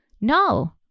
no